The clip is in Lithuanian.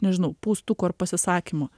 nežinau pūstuku ar pasisakymu